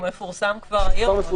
הוא מפורסם כבר היום.